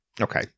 Okay